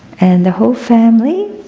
and the whole family,